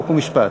חוק ומשפט.